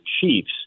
Chiefs